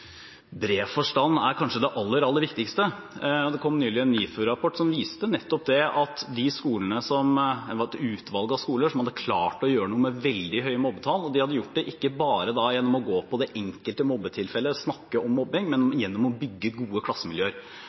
det aller, aller viktigste. Det kom nylig en NIFU-rapport som viste nettopp det, at et utvalg av skoler hadde klart å gjøre noe med veldig høye mobbetall, og de hadde gjort det ikke bare gjennom å gå på det enkelte mobbetilfellet, snakke om mobbing, men gjennom å bygge gode klassemiljøer.